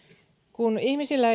kun ihmisillä